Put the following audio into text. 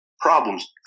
problems